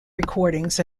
recordings